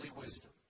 wisdom